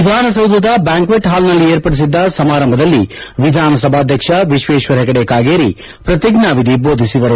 ವಿಧಾನಸೌಧದ ಬ್ಯಾಂಕ್ವೆಟ್ ಹಾಲ್ನಲ್ಲಿ ಏರ್ಪಡಿಸಿದ್ದ ಸಮಾರಂಭದಲ್ಲಿ ವಿಧಾನ ಸಭಾಧ್ಯಕ್ಷ ವಿಶ್ವೇಶ್ವರ ಹೆಗಡೆ ಕಾಗೇರಿ ಪ್ರತಿಜ್ಞಾವಿಧಿ ಬೋಧಿಸಿದರು